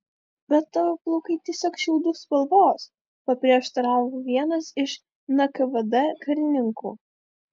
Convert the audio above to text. bet tavo plaukai tiesiog šiaudų spalvos paprieštaravo vienas iš nkvd karininkų